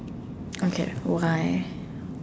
okay why